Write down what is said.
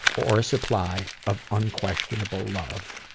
or a supply of unquestionable love.